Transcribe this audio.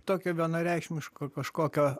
tokio vienareikšmiško kažkokio